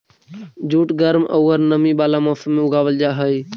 jute गर्म औउर नमी वाला मौसम में उगावल जा हई